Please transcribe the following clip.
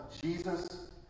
Jesus